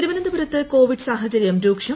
തിരുവനന്തപുരത്ത് കോവിഡ് സാഹചര്യം രൂക്ഷം